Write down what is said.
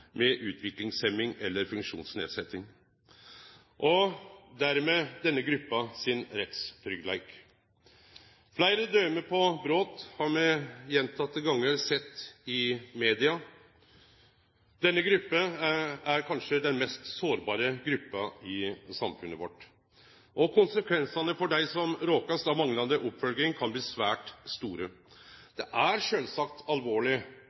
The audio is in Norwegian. med utviklingshemming eller funksjonsnedsetjing, og dermed denne gruppa sin rettstryggleik. Fleire døme på brot har me gjentekne gonger sett i media. Denne gruppa er kanskje den mest sårbare gruppa i samfunnet vårt, og konsekvensane for dei som blir råka av manglande oppfølging, kan bli svært store. Det er sjølvsagt alvorleg